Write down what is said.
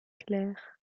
clair